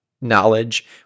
knowledge